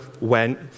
went